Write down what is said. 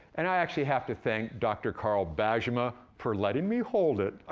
and i actually have to thank dr. carl bajema for letting me hold it.